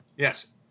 Yes